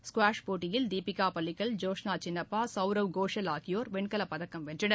squash போட்டியில் தீபிகா பலிகல் ஜோஸ்னா சின்னப்பா சௌரவ் கோஷல் ஆகியோர் வெண்கலப் பதக்கம் வென்றனர்